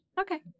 Okay